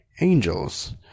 angels